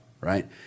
right